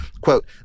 quote